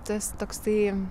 tas toksai